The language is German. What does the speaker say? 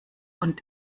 und